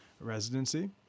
residency